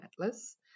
Atlas